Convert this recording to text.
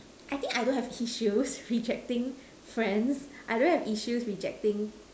I think I don't have issues rejecting friends I don't have issues rejecting